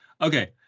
Okay